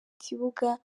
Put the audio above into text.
kibuga